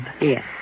Yes